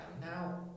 Now